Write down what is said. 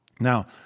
Now